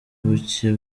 bucye